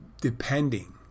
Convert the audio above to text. depending